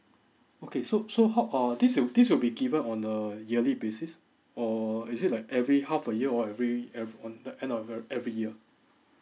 okay so so how uh this will this will be given on a yearly basis or is it like every half a year or every ev~ on the end of ev~ every year